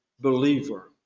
believer